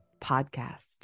Podcast